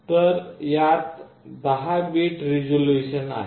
तर यात 10 bit resolution आहे